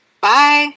Bye